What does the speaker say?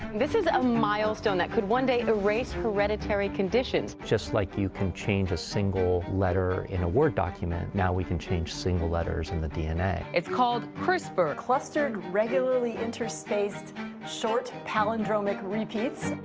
this is a milestone that could one day erase hereditary conditions. just like you can change a single letter in a word document, now we can change single letters in the dna. it's called crispr. clustered regularly interspaced short palindromic repeats.